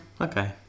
Okay